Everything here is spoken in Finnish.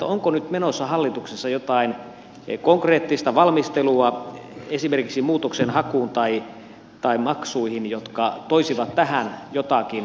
onko nyt menossa hallituksessa jotain konkreettista valmistelua esimerkiksi muutoksenhakuun tai maksuihin jotka toisivat tähän jotakin järkeä